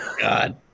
God